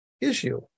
issue